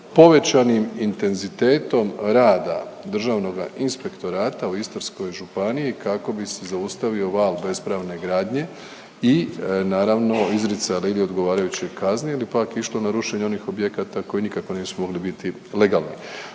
povećanim intenzitetom rada Državnoga inspektorata u Istarskoj županiji kako bi se zaustavio val bespravne gradnje i naravno izricali ili odgovarajuće kazne ili pak išlo na rušenje onih objekata koji nikako nisu mogli biti legalni.